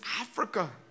Africa